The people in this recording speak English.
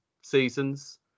seasons